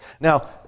Now